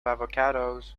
avocados